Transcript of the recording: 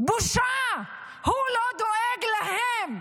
בושה, הוא לא דואג להם.